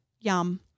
Yum